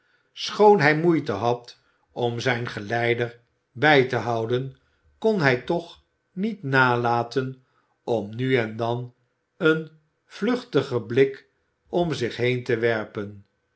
hij moeite had om zijn geleider bij te houden kon hij toch niet nalaten om nu en dan een vluchtigen blik om zich heen te werpen